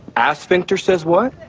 as sphincter says, what